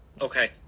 Okay